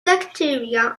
bacteria